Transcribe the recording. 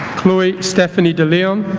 chloe stephanie de leon